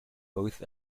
both